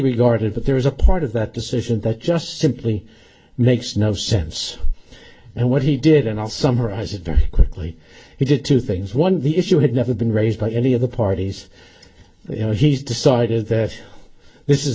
regarded but there is a part of that decision that just simply makes no sense and what he did and i'll summarize it very quickly he did two things one the issue had never been raised by any of the parties you know he's decided that this is